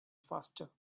faster